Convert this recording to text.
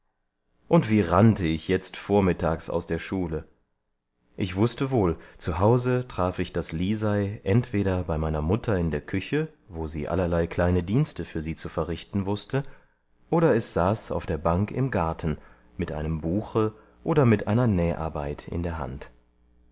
und wie rannte ich jetzt vormittags aus der schule ich wußte wohl zu hause traf ich das lisei entweder bei meiner mutter in der küche wo sie allerlei kleine dienste für sie zu verrichten wußte oder es saß auf der bank im garten mit einem buche oder mit einer näharbeit in der hand